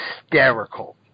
hysterical